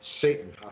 Satan